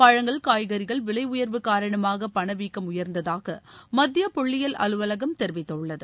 பழங்கள் காய்கறிகள் விலை உயர்வு காரணமாக பணவீக்கம் உயர்ந்ததாக மத்திய புள்ளியியல் அலுவலகம் தெரிவித்துள்ளது